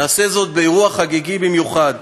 נעשה זאת באירוע חגיגי במיוחד.